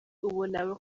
ubona